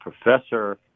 professor